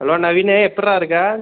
hello Naveen எப்புடிறா இருக்கே